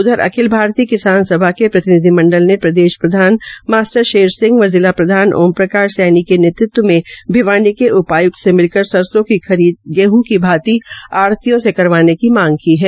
उधर अखिल भारतीय किसान सभा के प्रतिनिधि मंडल ने प्रदेश प्रधान मास्टर शमशेर सिंह व जिला प्रधान ओम प्रकाश सैनी के नेतृत्व में भिवानी के उधाय्क्त से मिलकर सरसों की खरीद गेहं की भांति आढ़तियों से करवाने की मांग की है